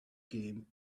game